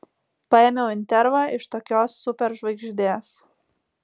paėmiau intervą iš tokios super žvaigždės